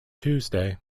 tuesday